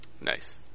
Nice